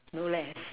no